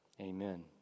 amen